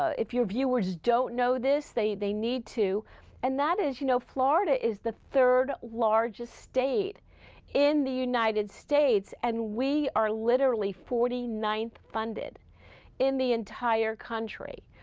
if your viewers don't know this they they need to and that is you know florida is the third largest in the united states and we are literally forty ninth funded in the entire country.